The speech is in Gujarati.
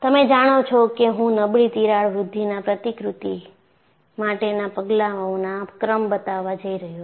તમે જાણો છો કે હું નબળી તિરાડ વૃદ્ધિના પ્રતિકૃતિ માટેના પગલાંઓનો ક્રમ બતાવવા જઈ રહ્યો છું